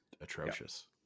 atrocious